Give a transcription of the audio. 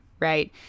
right